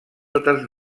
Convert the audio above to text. totes